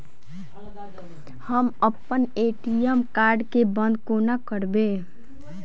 हम अप्पन ATM card केँ बंद कोना करेबै?